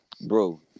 bro